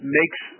makes